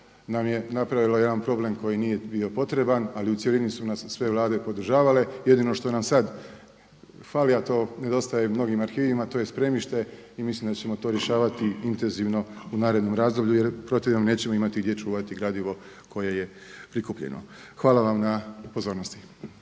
nam je napravilo jedan problem koji nije bio potreban, ali u cjelini su nas sve vlade podržavale. Jedino što nam sada fali, a to nedostaje mnogim arhivima to je spremište i mislim da ćemo to rješavati intenzivno u narednom razdoblju jer u protivnom nećemo imati gdje čuvati gradivo koje je prikupljeno. Hvala vam na pozornosti.